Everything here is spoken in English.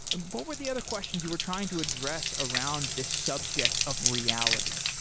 and what were the other questions you were trying to address around the subject of reality?